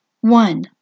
one